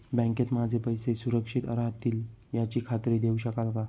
बँकेत माझे पैसे सुरक्षित राहतील याची खात्री देऊ शकाल का?